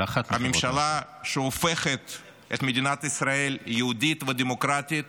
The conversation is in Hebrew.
של אחת --- הממשלה שהופכת את מדינת ישראל מיהודית ודמוקרטית